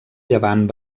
llevant